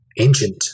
ancient